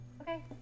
Okay